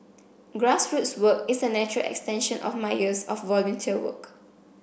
grassroots work is a natural extension of my years of volunteer work